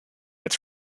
its